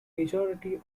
majority